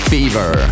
Fever